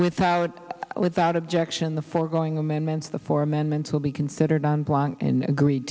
without without objection the foregoing amendments the four amendments will be considered on blank and agree